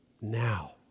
now